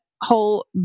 whole